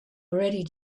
already